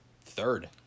third